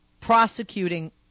prosecuting